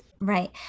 Right